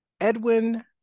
Edwin